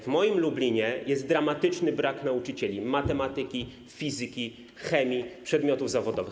W moim Lublinie jest dramatyczny brak nauczycieli matematyki, fizyki, chemii, przedmiotów zawodowych.